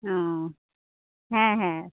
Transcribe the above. ও হ্যাঁ হ্যাঁ